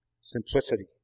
simplicity